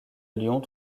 lyon